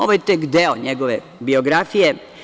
Ovo je tek deo njegove biografije.